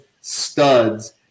studs